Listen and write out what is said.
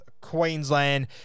Queensland